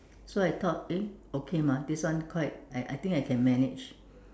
so I thought eh okay mah this one quite I I think I can manage